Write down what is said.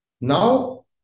Now